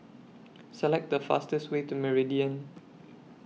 Select The fastest Way to Meridian